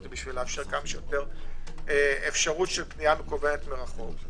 כדי לאפשר כמה שיותר אפשרות של פנייה מקוונת מרחוק,